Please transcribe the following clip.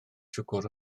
siwgr